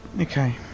Okay